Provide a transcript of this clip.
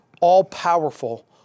all-powerful